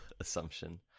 assumption